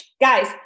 Guys